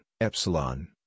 epsilon